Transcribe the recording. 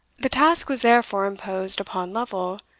the task was therefore imposed upon lovel,